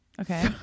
Okay